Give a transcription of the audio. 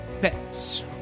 pets